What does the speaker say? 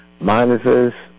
minuses